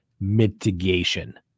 mitigation